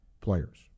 players